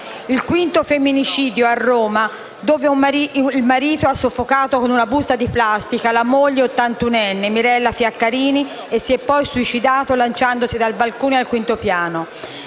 Il quinto femminicidio ha avuto luogo a Roma, dove un marito ha soffocato con una busta di plastica la moglie ottantunenne, Mirella Fiaccarmi, e si è poi suicidato lanciandosi dal balcone al quinto piano.